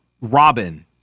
Robin